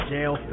Jail